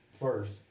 first